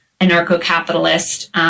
anarcho-capitalist